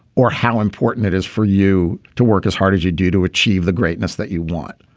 or how important it is for you to work as hard as you do to achieve the greatness that you want